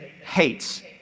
hates